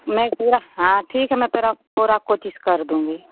मैं पूरा हाँ ठीक है मैं फिर तेरी पूरी कोशिश कर दूँगी